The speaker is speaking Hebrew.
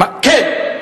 כן.